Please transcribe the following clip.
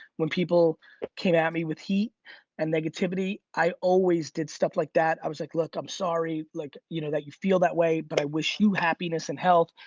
when people came at me with heat and negativity, i always did stuff like that. i was like, look, i'm sorry, like you know that you feel that way, but i wish you happiness and health.